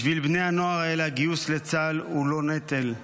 בשביל בני הנוער האלה הגיוס לצה"ל הוא לא נטל.